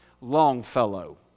Longfellow